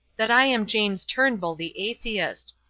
that i am james turnbull the atheist.